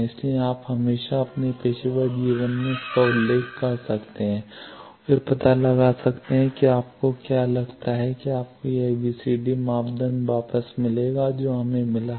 इसलिए आप हमेशा अपने पेशेवर जीवन में इसका उल्लेख कर सकते हैं और फिर पता लगा सकते हैं कि यदि आपको लगता है कि आपको वही एबीसीडी मापदंड वापस मिल जाएगा जो हमें मिला था